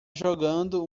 jogando